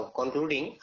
concluding